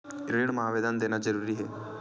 ऋण मा आवेदन देना जरूरी हे?